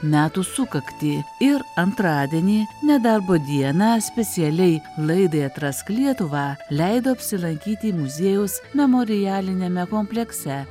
metų sukaktį ir antradienį nedarbo dieną specialiai laidai atrask lietuvą leido apsilankyti muziejaus memorialiniame komplekse